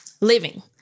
living